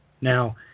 now